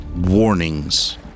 warnings